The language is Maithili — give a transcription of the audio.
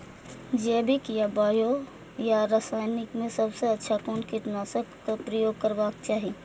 जैविक या बायो या रासायनिक में सबसँ अच्छा कोन कीटनाशक क प्रयोग करबाक चाही?